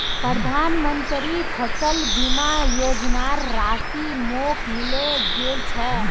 प्रधानमंत्री फसल बीमा योजनार राशि मोक मिले गेल छै